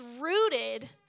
rooted